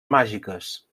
màgiques